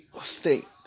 state